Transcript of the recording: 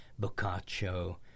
Boccaccio